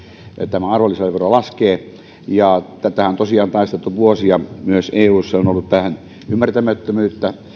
arvonlisävero laskee tätähän on tosiaan taisteltu vuosia myös eussa ja on ollut vähän ymmärtämättömyyttä